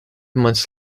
months